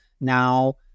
now